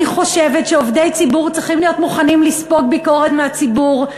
אני חושבת שעובדי ציבור צריכים להיות מוכנים לספוג ביקורת מהציבור.